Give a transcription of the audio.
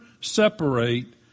separate